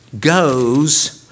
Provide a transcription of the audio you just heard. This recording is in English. goes